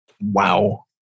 Wow